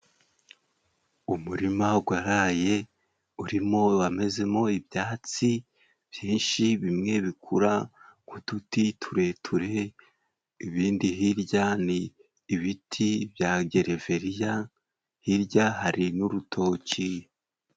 Umurima gwaraye urimo wamezemo, ibyatsi byinshi bimwe bikura uduti tureture, ibindi hirya ni ibiti bya gereveriya hirya hari n'urutoki.